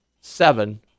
seven